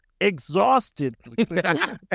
exhausted